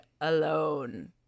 alone